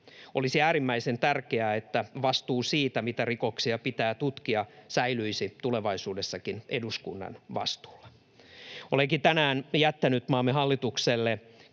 Olisi äärimmäisen tärkeää, että vastuu siitä, mitä rikoksia pitää tutkia, säilyisi tulevaisuudessakin eduskunnalla. Olenkin tänään jättänyt maamme hallitukselle